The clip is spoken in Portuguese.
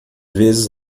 vezes